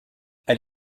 elle